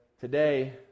today